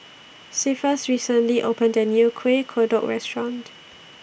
Cephus recently opened A New Kueh Kodok Restaurant